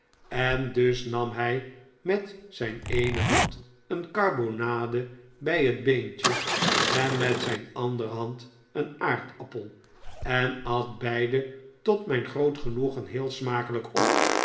en dus nam hij met zijn eene hand een karbonade bij het beentje en met zijn andere hand een aardappel en at beide tot mijn groote genoegen heel smakelijk op